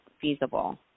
feasible